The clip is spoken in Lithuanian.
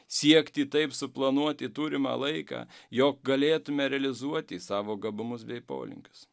siekti taip suplanuoti turimą laiką jog galėtume realizuoti savo gabumus bei polinkius